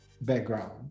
background